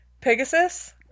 pegasus